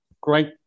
Great